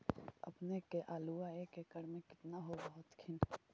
अपने के आलुआ एक एकड़ मे कितना होब होत्थिन?